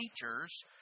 teachers